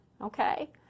Okay